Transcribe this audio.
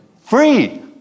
Free